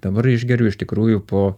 dabar išgeriu iš tikrųjų po